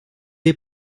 est